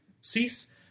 cease